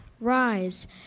Rise